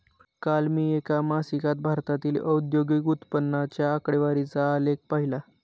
काल मी एका मासिकात भारतातील औद्योगिक उत्पन्नाच्या आकडेवारीचा आलेख पाहीला